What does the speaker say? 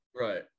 right